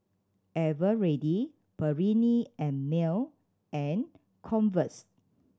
Eveready Perllini and Mel and Converse